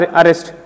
arrest